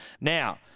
now